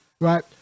right